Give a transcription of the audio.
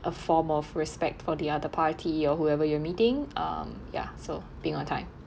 a form of respect for the other party or whoever you are meeting um ya so be on time